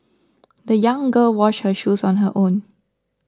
the young girl washed her shoes on her own